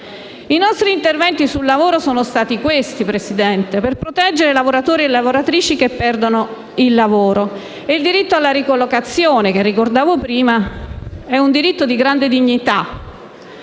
I nostri interventi sul lavoro sono stati questi, signor Presidente, per proteggere lavoratori e lavoratrici che perdono il lavoro e il diritto alla ricollocazione che - come ricordavo prima - è un diritto di grande dignità.